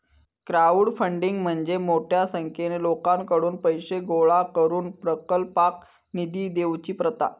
crowdfunding म्हणजे मोठ्या संख्येन लोकांकडुन पैशे गोळा करून प्रकल्पाक निधी देवची प्रथा